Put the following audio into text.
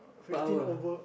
power